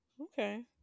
Okay